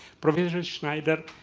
professor schneider,